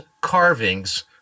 carvings